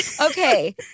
Okay